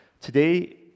today